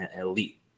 elite